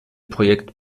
projekt